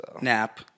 Nap